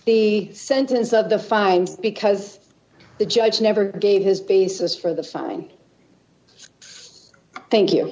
the sentence of the fines because the judge never gave his basis for the fine thank you